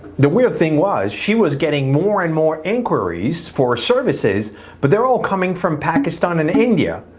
the weird thing was she was getting more and more inquiries for services but they're all coming from pakistan, and india,